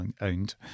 owned